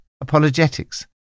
apologetics